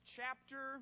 chapter